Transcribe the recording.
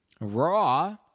raw